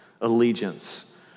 Allegiance